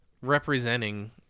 representing